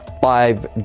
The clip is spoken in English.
five